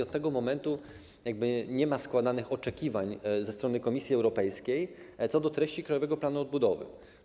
Od tego momentu nie ma składanych oczekiwań ze strony Komisji Europejskiej co do treści Krajowego Planu Odbudowy.